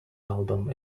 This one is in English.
album